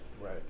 Right